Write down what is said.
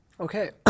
Okay